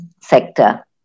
sector